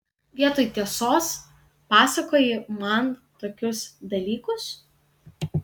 vietoj tiesos pasakoji man tokius dalykus